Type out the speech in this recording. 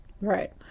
Right